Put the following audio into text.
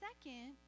second